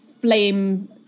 flame